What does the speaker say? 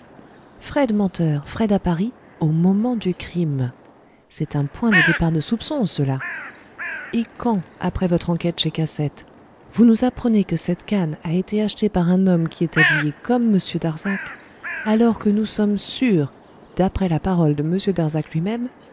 fred menteur fred à paris au moment du crime c'est un point de départ de soupçon cela et quand après votre enquête chez cassette vous nous apprenez que cette canne a été achetée par un homme qui est habillé comme m darzac alors que nous sommes sûrs d'après la parole de m darzac lui-même